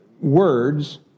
words